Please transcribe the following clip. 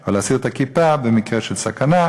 או להסיר את הכיפה, במקרה של סכנה.